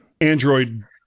Android